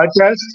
podcast